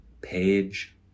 page